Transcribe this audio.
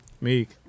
Meek